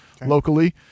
locally